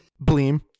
Bleem